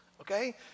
Okay